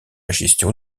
gestion